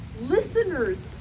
Listeners